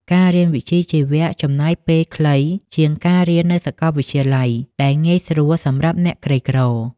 ការរៀនវិជ្ជាជីវៈចំណាយពេលខ្លីជាងការរៀននៅសកលវិទ្យាល័យ ដែលងាយស្រួលសម្រាប់អ្នកក្រីក្រ។